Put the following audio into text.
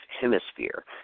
hemisphere